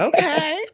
Okay